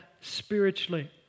spiritually